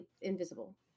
invisible